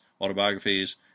autobiographies